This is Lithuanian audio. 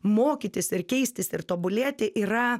mokytis ir keistis ir tobulėti yra